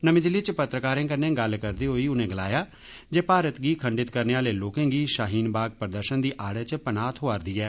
नमीं दिल्ली च पत्रकारें कन्नै गल्ल करदे होई उनें गलाया जे भारत गी खंडित करने आले लोकें गी शाहीन बाग प्रदर्शन दी आड़ै च पनाह थोआरदी ऐ